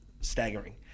staggering